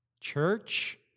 Church